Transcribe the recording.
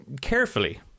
carefully